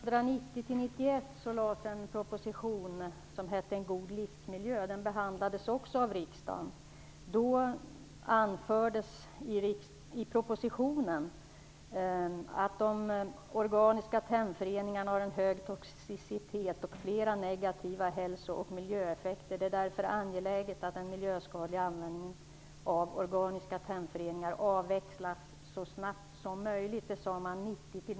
Fru talman! 1990 91.